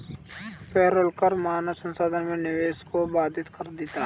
payroll कर मानव संसाधन में निवेश को बाधित करता है